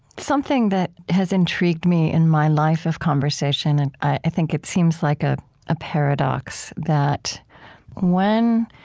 something that has intrigued me in my life of conversation and i think it seems like a ah paradox that when